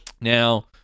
Now